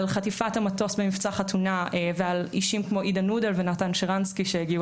על חטיפת המטוס במבצע חתונה ועל אישים כמו אידה נודל ונתן שרנסקי שהגיעו